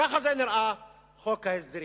כך נראה חוק ההסדרים.